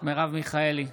מרב מיכאלי,